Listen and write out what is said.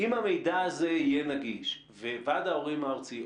אם המידע הזה יהיה נגיש וועד ההורים הארצי,